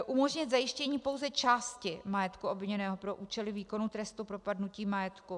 Umožnit zajištění pouze části majetku obviněného pro účely výkonu trestu propadnutí majetku.